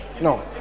no